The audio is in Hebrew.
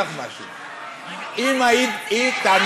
זה מה שאתה עושה,